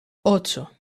ocho